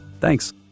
Thanks